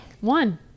One